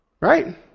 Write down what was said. Right